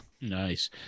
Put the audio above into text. Nice